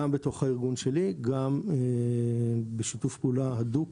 גם בתוך הארגון שלי וגם בשיתוף פעולה הדוק